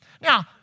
Now